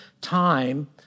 time